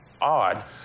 odd